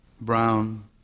brown